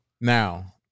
Now